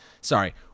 Sorry